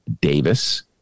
Davis